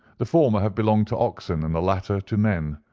the former have belonged to oxen, and the latter to men.